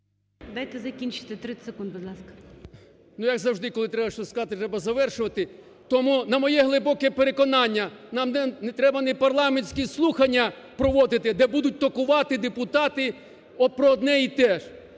Дайте закінчити 30 секунд, будь ласка. ЛИТВИН В.М. Ну, як завжди, коли треба щось сказати, треба завершувати. Тому, на моє глибоке переконання, нам треба не парламентські слухання, де будуть токувати депутати про одне й те ж,